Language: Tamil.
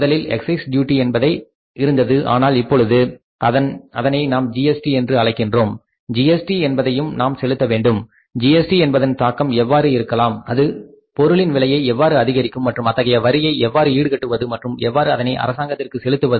முதலில் எக்சைஸ் டூட்டி என்பது இருந்தது ஆனால் இப்பொழுது அதனை நாம் ஜிஎஸ்டி என்று அழைக்கின்றோம் ஜிஎஸ்டி என்பதையும் நாம் செலுத்த வேண்டும் ஜிஎஸ்டி என்பதன் தாக்கம் எவ்வாறு இருக்கலாம் அது பொருளின் விலையை எவ்வாறு அதிகரிக்கும் மற்றும் அத்தகைய வரியை எவ்வாறு ஈடுகட்டுவது மற்றும் எவ்வாறு அதனை அரசாங்கத்திற்கு செலுத்துவது